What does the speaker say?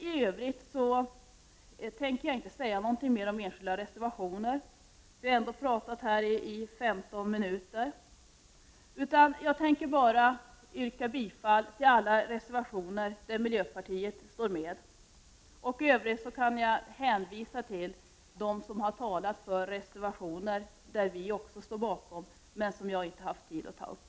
I övrigt tänker jag inte säga något mera om enskilda reservationer — jag har ju redan talat i 15 minuter — utan jag yrkar bifall till alla de reservationer som miljöpartiet står bakom. Dessutom kan jag hänvisa till här berörda reservationer som vi i miljöpartiet också står bakom men som jag inte haft tid att ta upp.